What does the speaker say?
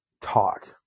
talk